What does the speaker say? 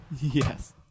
Yes